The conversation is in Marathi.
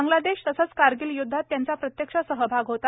बांगलादेश तसेच कारगिल य्द्धात त्यांचा प्रत्यक्ष सहभाग होता